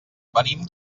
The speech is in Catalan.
venim